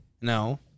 No